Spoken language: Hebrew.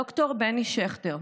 ד"ר בני שכטר,